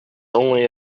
only